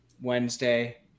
Wednesday